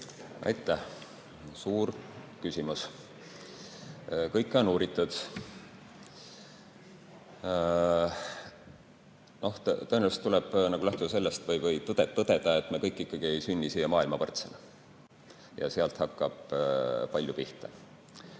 Aitäh! Suur küsimus. Kõike on uuritud. Tõenäoliselt tuleb lähtuda sellest või tõdeda, et me kõik ikkagi ei sünni siia maailma võrdsena. Ja sealt hakkab palju pihta.